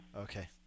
Okay